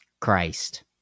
Christ